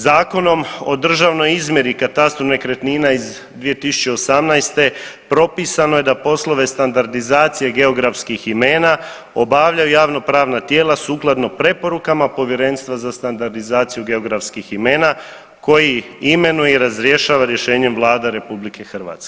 Zakonom o državnoj izmjeri i katastru nekretnina iz 2018. propisano je da poslove standardizacije geografskih imena obavljaju javnopravna tijela sukladno preporukama Povjerenstva za standardizaciju geografskih imena koji imenuje i razrješava rješenjem Vlada RH.